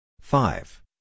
five